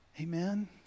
Amen